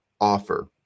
offer